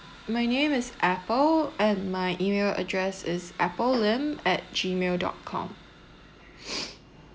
my name is apple and my email address is apple lim at Gmail dot com